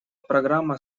программа